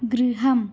गृहम्